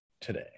today